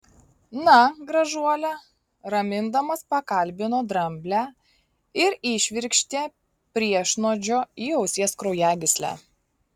na gražuole ramindamas pakalbino dramblę ir įšvirkštė priešnuodžio į ausies kraujagyslę